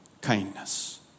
kindness